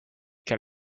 can